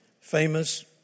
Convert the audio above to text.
famous